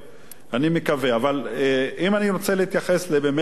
אבל אם אני רוצה להתייחס באמת לגזירות הכלכליות,